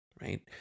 right